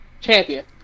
champion